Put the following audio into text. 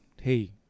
hey